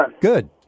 Good